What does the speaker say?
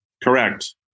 Correct